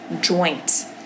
joint